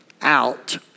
out